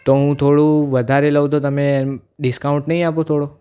તો હું થોડું વધારે લઉં તો તમે ડિસ્કાઉન્ટ નહીં આપો થોડો